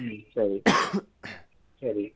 ம் சரி சரி